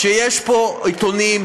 שיש פה עיתונים,